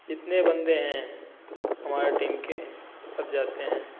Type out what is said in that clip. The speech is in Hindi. जितने बंदे हैं हमारे टीम के सब जाते हैं